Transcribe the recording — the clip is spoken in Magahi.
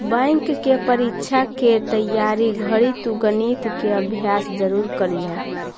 बैंक के परीक्षा के तइयारी घड़ी तु गणित के अभ्यास जरूर करीह